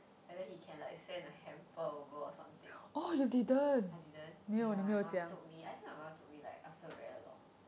whether he can like send a hamper over or something I didn't ya my mum told me I think my mum told me like after a very long